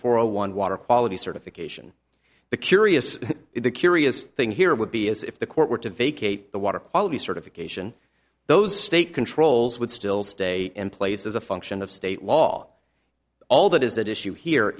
four a one water quality certification the curious the curious thing here would be if the court were to vacate the water quality certification those state controls would still stay in place as a function of state law all that is that issue here